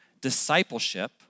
discipleship